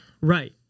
Right